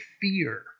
Fear